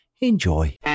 Enjoy ¶